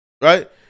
right